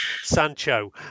Sancho